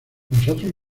nosotros